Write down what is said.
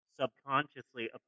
subconsciously